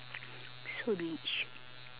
so rich